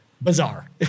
bizarre